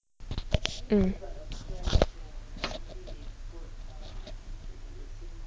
um